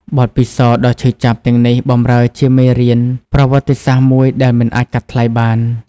បទពិសោធន៍ដ៏ឈឺចាប់ទាំងនេះបម្រើជាមេរៀនប្រវត្តិសាស្ត្រមួយដែលមិនអាចកាត់ថ្លៃបាន។